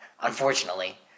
Unfortunately